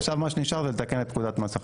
עכשיו מה שנשאר זה לתקן את פקודת מס הכנסה.